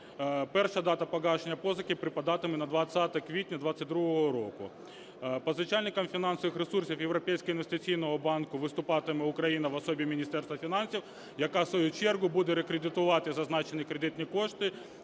Перша дата погашення позики припадатиме на 20 квітня 22-го року. Позичальником фінансових ресурсів у Європейського інвестиційного банку виступатиме Україна в особі Міністерства фінансів, яка, в свою чергу, буде рекредитувати зазначені кредитні кошти